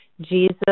Jesus